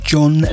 John